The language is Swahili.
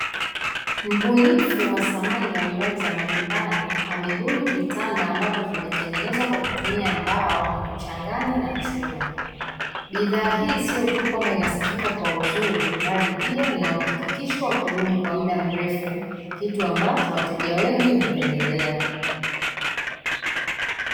mbunifu wa samani mbalimbali za nyumbani amebuni vitanda ambavyo vimetengenezwa kwa kutumia mbao ambayo imechanganywa na chuma, bidhaa hii sio tu kwamba inasifika kwa uzuri bali pia ina uhakikisho wa kudumu kwa muda mrefu kitu ambacho wateja wengi hupendelea.